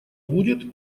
будет